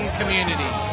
community